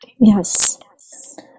Yes